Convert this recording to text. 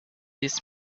this